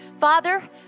father